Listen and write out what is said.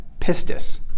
pistis